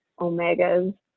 omegas